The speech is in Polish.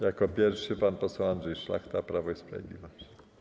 Jako pierwszy pan poseł Andrzej Szlachta, Prawo i Sprawiedliwość.